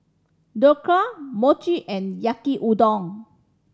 Dhokla Mochi and Yaki Udon